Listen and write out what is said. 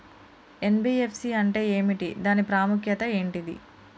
NBFC అంటే ఏమిటి దాని ప్రాముఖ్యత ఏంటిది?